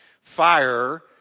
fire